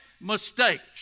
mistakes